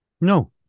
No